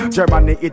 Germany